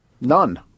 None